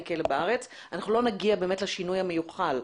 כלא בארץ אנחנו לא נגיע באמת לשינוי המיוחל.